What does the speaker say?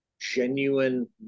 genuine